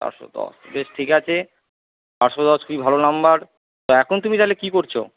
চারশো দশ বেশ ঠিক আছে চারশো দশ খুবই ভালো নম্বর তা এখন তুমি তাহলে কি করছো